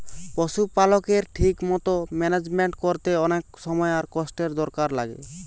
পশুপালকের ঠিক মতো ম্যানেজমেন্ট কোরতে অনেক সময় আর কষ্টের দরকার লাগে